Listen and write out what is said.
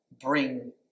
Bring